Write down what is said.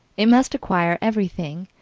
it must acquire everything.